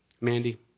Mandy